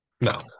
No